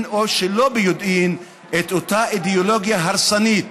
או שלא ביודעין את אותה אידיאולוגיה הרסנית,